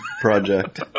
project